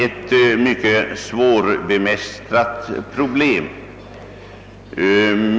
Detta är ett mycket svårbemästrat problem.